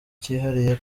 cyihariye